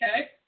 okay